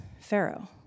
Pharaoh